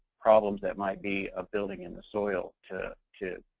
problems that might be ah building in the soil to to